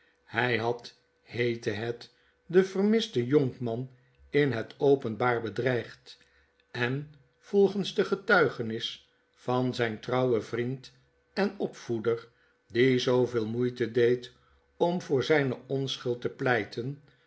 hij had heette het den vermisten jonkman in het openbaar bedreigd en volgens de getuigenis van zijn trouwen vriend en opvoeder die zooveel moeite deed om voor zyne onschuld te pleiten